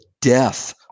death